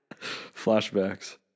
Flashbacks